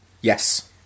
Yes